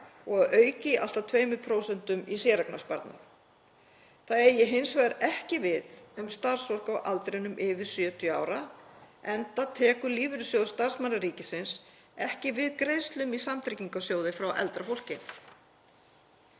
að auki allt að 2% í séreignarsparnað. Það eigi hins vegar ekki við um starfsfólk á aldrinum yfir 70 ára enda tekur lífeyrissjóður starfsmanna ríkisins ekki við greiðslum í samtryggingarsjóði frá eldra fólki.